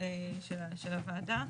של הוועדה.